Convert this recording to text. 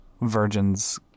Virgin's